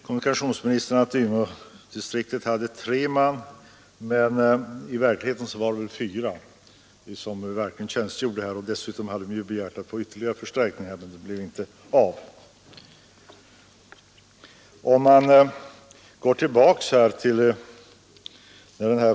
Kommunikationsministern säger att det tidigare var tre man som tjänstgjorde inom försäljningssektionen i Umeådistriktet, men i verkligheten var det fyra, och dessutom hade man begärt att få ytterligare förstärkning, vilket emellertid inte blev av.